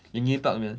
linkin park man